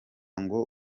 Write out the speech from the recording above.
ngo